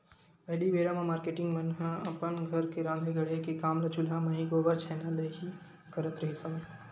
पहिली बेरा म मारकेटिंग मन ह अपन घर के राँधे गढ़े के काम ल चूल्हा म ही, गोबर छैना ले ही करत रिहिस हवय